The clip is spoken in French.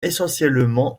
essentiellement